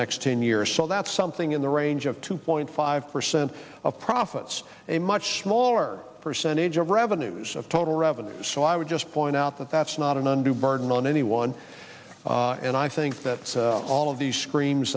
next ten years so that's something in the range of two point five percent of profits a much smaller percentage of revenues of total revenues so i would just point out that that's not an undue burden on anyone and i think that all of the screams